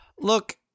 Look